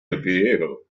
dopiero